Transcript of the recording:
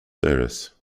aires